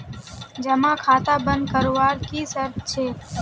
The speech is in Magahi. जमा खाता बन करवार की शर्त छे?